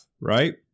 right